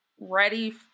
ready